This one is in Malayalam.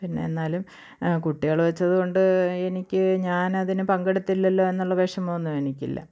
പിന്നെ എന്നാലും കുട്ടികൾ വെച്ചതുകൊണ്ട് എനിക്ക് ഞാൻ അതിന് പങ്കെടുത്തില്ലല്ലോ എന്നുള്ള വിഷമം ഒന്നും എനിക്കില്ല